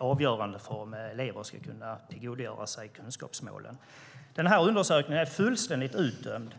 avgörande för om elever ska kunna tillgodogöra sig kunskapsmålen. Den här undersökningen är fullständigt utdömd.